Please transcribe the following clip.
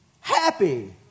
Happy